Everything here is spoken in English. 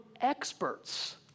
experts